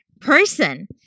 person